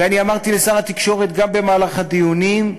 ואני אמרתי לשר התקשורת גם במהלך הדיונים: